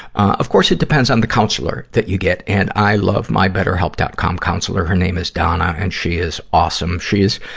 of course, it depends on the counselor that you get. and i love my betterhelp. com counselor. her name is donna, and she is awesome. she is,